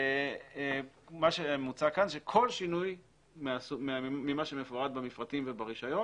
מה שמוצע כאן זה שכל שינוי ממה שמפורט במפרטים וברישיון,